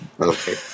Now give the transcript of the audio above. okay